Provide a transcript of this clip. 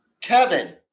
Kevin